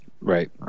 right